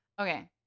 Okay